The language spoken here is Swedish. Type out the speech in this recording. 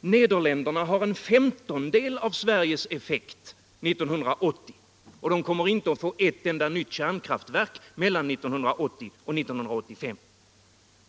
Nederländerna har en femtondedel av Sveriges effekt 1980, och de kommer inte att få ett enda nytt kärnkraftverk mellan 1980 och 1985.